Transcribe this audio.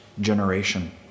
generation